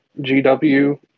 GW